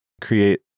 create